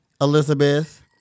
Elizabeth